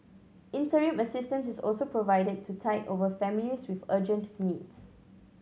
interim assistance is also provided to tide over families with urgent needs